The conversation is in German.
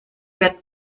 wird